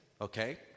okay